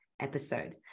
episode